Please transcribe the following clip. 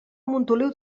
montoliu